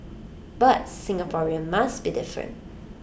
but Singapore must be different